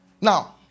now